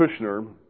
Kushner